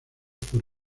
por